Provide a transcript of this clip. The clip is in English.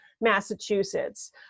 Massachusetts